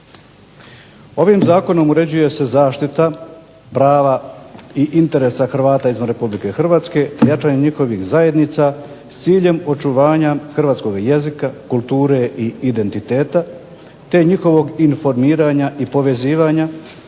Ovim zakonom uređuje se zaštita prava i interesa Hrvata izvan Republike Hrvatske, jačanja njihovih zajednica, s ciljem očuvanja hrvatskoga jezika, kulture i identiteta, te njihovog informiranja i povezivanja,